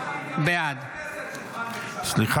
בעד אלמוג כהן - נגד מאיר כהן,